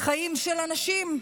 חיים של אנשים.